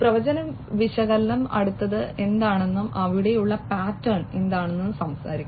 പ്രവചന വിശകലനം അടുത്തത് എന്താണെന്നും അവിടെയുള്ള പാറ്റേൺ എന്താണെന്നും സംസാരിക്കുന്നു